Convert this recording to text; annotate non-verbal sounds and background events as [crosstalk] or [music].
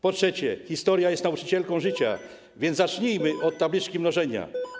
Po trzecie, historia jest nauczycielką życia, [noise] więc zacznijmy od tabliczki mnożenia.